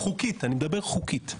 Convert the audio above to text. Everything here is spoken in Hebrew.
אני מדבר מבחינה חוקית.